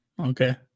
Okay